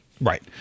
Right